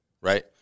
right